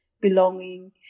belonging